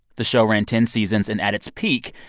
the show ran ten seasons, and at its peak,